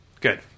Good